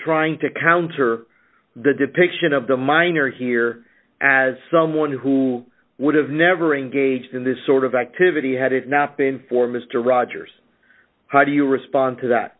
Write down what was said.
trying to counter the depiction of the miner here as someone who would have never engaged in this sort of activity had it not been for mr rogers how do you respond t